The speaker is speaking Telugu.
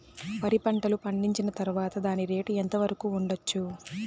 వరి పంటలు పండించిన తర్వాత దాని రేటు ఎంత వరకు ఉండచ్చు